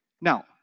Now